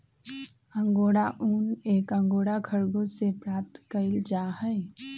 angora ऊन एक angora खरगोश से प्राप्त कइल जाहई